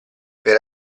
per